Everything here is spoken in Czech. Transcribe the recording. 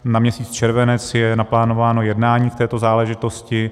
Na měsíc červenec je naplánováno jednání v této záležitosti.